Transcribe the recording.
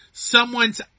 someone's